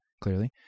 clearly